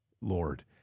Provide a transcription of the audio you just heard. Lord